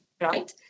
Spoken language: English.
right